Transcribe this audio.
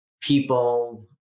people